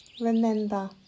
Remember